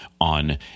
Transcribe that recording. on